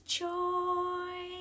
joy